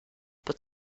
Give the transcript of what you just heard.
but